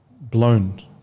blown